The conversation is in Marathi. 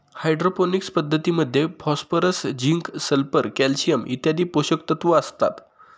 हायड्रोपोनिक्स पद्धतीमध्ये फॉस्फरस, झिंक, सल्फर, कॅल्शियम इत्यादी पोषकतत्व असतात